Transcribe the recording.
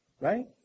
Right